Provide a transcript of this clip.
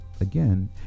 again